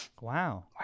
wow